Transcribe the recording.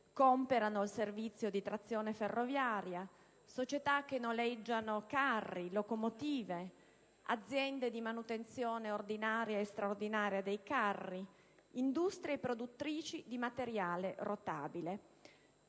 comperano il servizio di trazione ferroviaria, società che noleggiano carri e locomotive, aziende di manutenzione ordinaria e straordinaria dei carri, industrie produttrici di materiale rotabile.